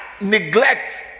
neglect